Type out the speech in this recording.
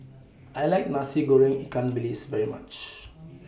I like Nasi Goreng Ikan Bilis very much